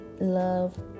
love